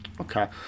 Okay